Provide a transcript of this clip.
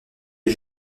est